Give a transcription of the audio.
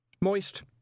Moist